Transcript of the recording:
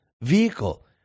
vehicle